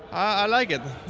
i like it.